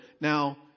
now